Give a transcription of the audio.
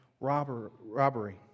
robbery